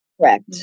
Correct